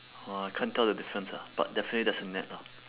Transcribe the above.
!wah! I can't tell the difference ah but definitely there's a net lah